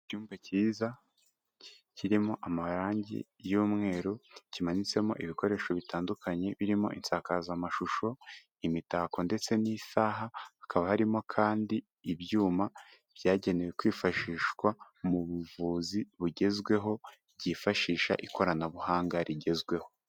Icyumba cyiza kirimo amarangi y'umweru, kimanitsemo ibikoresho bitandukanye, birimo isakazamashusho, imitako ndetse n'isaha, hakaba harimo kandi ibyuma byagenewe kwifashishwa mu buvuzi bugezweho, byifashisha ikoranabuhanga rigezweho.